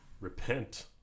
Repent